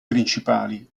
principali